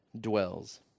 dwells